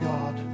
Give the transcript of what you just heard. God